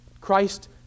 Christ